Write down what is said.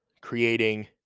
creating